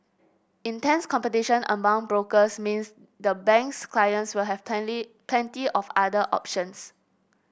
intense competition among brokers means the bank's clients will have plenty of other options